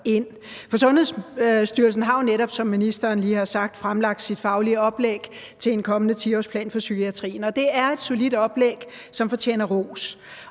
For Sundhedsstyrelsen har jo netop, som ministeren lige har sagt, fremlagt sit faglige oplæg til en kommende 10-årsplan for psykiatrien, og det er et solidt oplæg, som fortjener ros.